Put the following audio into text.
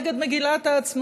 נגד מגילת העצמאות.